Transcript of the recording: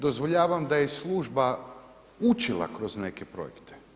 Dozvoljavam da je i služba učila kroz neke projekte.